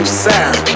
sound